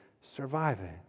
surviving